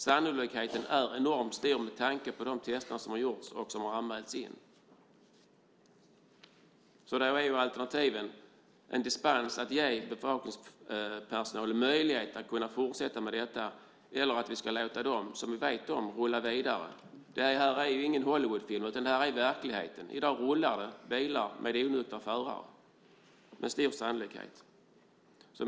Sannolikheten är enormt stor med tanke på de tester som har gjorts och som har anmälts in. Alternativen är att ge en dispens för att ge bevakningspersonal möjlighet att kunna fortsätta med detta eller att vi ska låta dem som vi vet om rulla vidare. Det här är ingen Hollywoodfilm, utan det är verkligheten. I dag rullar det med stor sannolikhet bilar med onyktra förare.